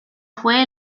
fue